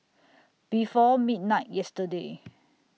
before midnight yesterday